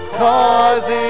cause